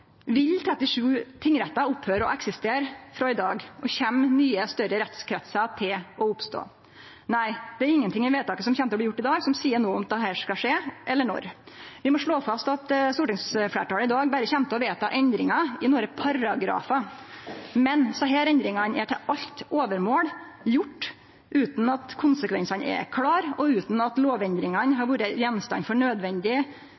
Vil 37 tingrettar slutte å eksistere frå i dag, og kjem nye, større rettskretsar til å oppstå? Nei, det er ingenting i vedtaket som kjem til å bli gjort i dag, som seier noko om dette skal skje, eller når. Vi må slå fast at stortingsfleirtalet i dag berre kjem til å vedta endringar i nokre paragrafar, men desse endringane har til alt overmål vorte gjorde utan at konsekvensane er klare, og utan at lovendringane